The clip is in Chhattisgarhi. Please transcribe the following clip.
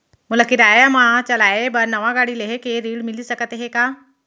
मोला किराया मा चलाए बर नवा गाड़ी लेहे के ऋण मिलिस सकत हे का?